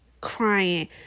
Crying